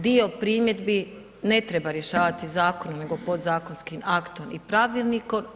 Dio primjedbi ne treba rješavati zakonom nego podzakonskim aktom i pravilnikom.